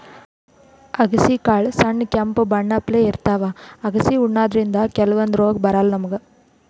ಅಗಸಿ ಕಾಳ್ ಸಣ್ಣ್ ಕೆಂಪ್ ಬಣ್ಣಪ್ಲೆ ಇರ್ತವ್ ಅಗಸಿ ಉಣಾದ್ರಿನ್ದ ಕೆಲವಂದ್ ರೋಗ್ ಬರಲ್ಲಾ ನಮ್ಗ್